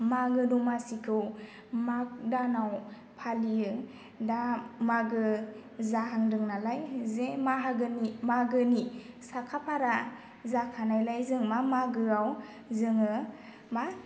मागो द'मासिखौ माघ दानआव फालियो दा मागो जाहांदों नालाय जे मागोनि साखा फारा जाखानायलाय जों मा मागोआव जोङो मा